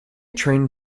trained